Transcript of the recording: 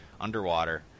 underwater